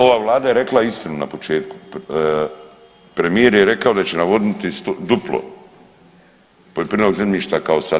Ova vlada je rekla istinu na početku, premijer je rekao da će navoditi duplo poljoprivrednog zemljišta kao sada.